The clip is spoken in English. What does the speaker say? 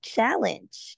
Challenge